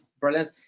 brilliant